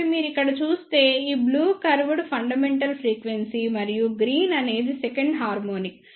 కాబట్టి మీరు ఇక్కడ చూస్తే ఈ బ్లూ కర్వ్ ఫండమెంటల్ ఫ్రీక్వెన్సీ మరియు ఈ గ్రీన్ అనేది సెకండ్ హార్మోనిక్